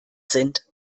sind